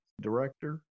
director